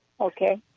Okay